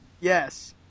Yes